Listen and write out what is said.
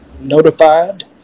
notified